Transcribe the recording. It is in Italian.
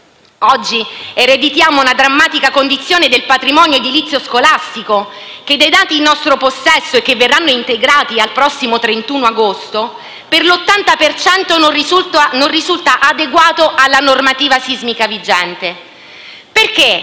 Oggi ereditiamo una drammatica condizione del patrimonio edilizio scolastico che, dai dati in nostro possesso e che verranno integrati al prossimo 31 agosto, per l'80 per cento non risulta adeguato alla normativa sismica vigente. Perché oggi